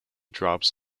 drops